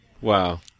Wow